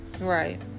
Right